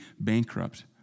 bankrupt